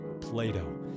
Plato